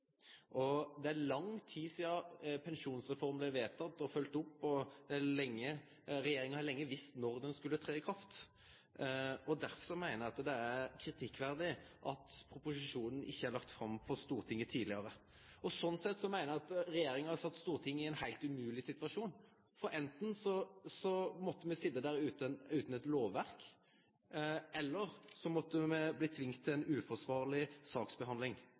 lovverk. Det er lang tid siden pensjonsreformen ble vedtatt og fulgt opp. Regjeringen har lenge visst når den skulle tre i kraft. Derfor mener jeg det er kritikkverdig at proposisjonen ikke er lagt fram for Stortinget tidligere. Jeg mener at regjeringen har satt Stortinget i en helt umulig situasjon, for enten måtte vi sitte der uten et lovverk eller bli tvunget til en uforsvarlig saksbehandling.